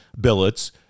billets